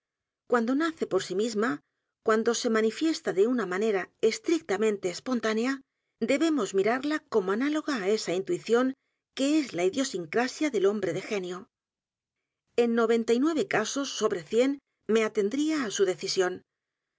cuando nace por sí misma cuando se manifiesta de u n a manera estrictamente espontánea debemos m i rarla como análoga á esa intuición que es la idiosincracia del hombre de genio en noventa y nueve casos sobre cien me atendría á su decisión